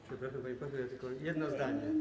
Przepraszam, pani poseł, ja tylko jedno zdanie.